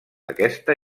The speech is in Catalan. aquesta